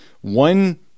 one